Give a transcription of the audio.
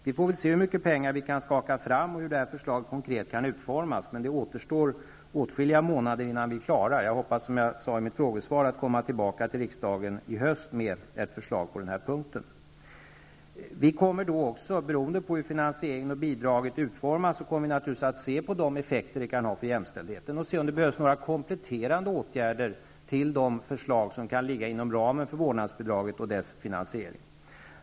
Vi får väl se hur mycket pengar vi kan skaka fram och hur detta förslag konkret kan utformas. Det återstår åtskilliga månader innan vi är klara. Jag hoppas, som jag sade i mitt frågesvar, att komma tillbaka till riksdagen i höst med ett förslag på denna punkt. Vi kommer då också, beroende på hur finansieringen och bidraget utformas, att se på de effekter det kan ha för jämställdheten och se om det behövs några kompletterande åtgärder till de förslag som kan ligga inom ramen för vårdnadsbidraget och dess finansiering.